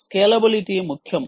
scalability ముఖ్యం